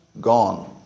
Gone